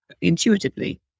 intuitively